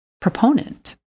proponent